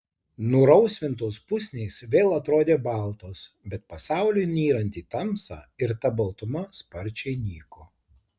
nurausvintos pusnys vėl atrodė baltos bet pasauliui nyrant į tamsą ir ta baltuma sparčiai nyko